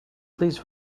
please